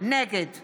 נגד